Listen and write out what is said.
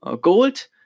gold